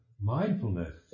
mindfulness